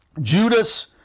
Judas